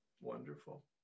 Wonderful